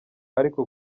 ariko